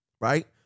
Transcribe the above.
Right